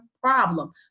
problem